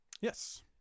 Yes